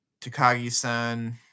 Takagi-san